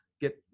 get